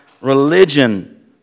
religion